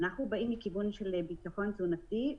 אנחנו באים מכיוון של ביטחון תזונתי.